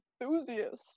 enthusiast